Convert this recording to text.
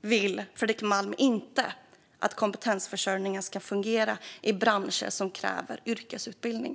vill Fredrik Malm inte att kompetensförsörjningen ska fungera i branscher som kräver yrkesutbildning?